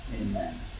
amen